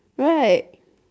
right